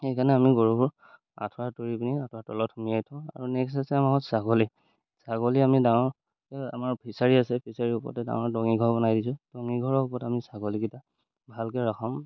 সেইকাৰণে আমি গৰুবোৰ আঁঠুৱা তৰি পিনি আঁঠুৱা তলত সোমোৱাই থওঁ আৰু নেক্সট আছে আমাৰ ছাগলী ছাগলী আমি ডাঙৰ আমাৰ ফিছাৰী আছে ফিছাৰী ওপৰতে ডাঙৰ ডঙি ঘৰ বনাই দিছোঁ দঙিঘৰৰ ওপৰত আমি ছাগলীকেইটা ভালকৈ ৰাখোঁ